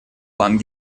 пан